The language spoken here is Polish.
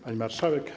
Pani Marszałek!